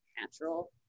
natural